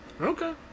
Okay